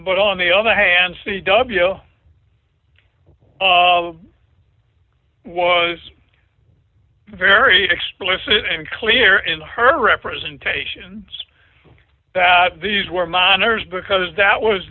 but on the other hand c w was very explicit and clear in her representations that these were minors because that was